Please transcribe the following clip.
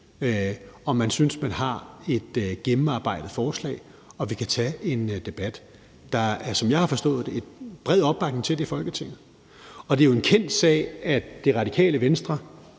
og man synes, at man har et gennemarbejdet forslag, og at vi kan tage en debat. Der er, som jeg har forstået det, bred opbakning til det i Folketinget, og det er jo en kendt sag, at Radikale Venstre